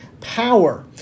Power